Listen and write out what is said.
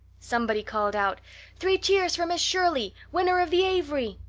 somebody called out three cheers for miss shirley, winner of the avery!